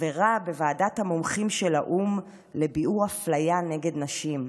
חברה בוועדת המומחים של האו"ם לביעור אפליה נגד נשים,